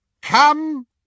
Come